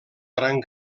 gran